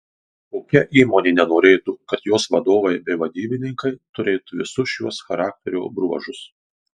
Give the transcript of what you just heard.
kokia įmonė nenorėtų kad jos vadovai bei vadybininkai turėtų visus šiuos charakterio bruožus